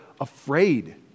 afraid